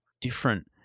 different